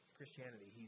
Christianity